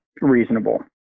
reasonable